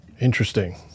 Interesting